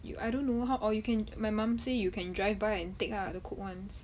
you I don't know how or you can my mum say you can drive by and take lah the cook ones